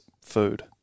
food